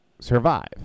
survive